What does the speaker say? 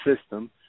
system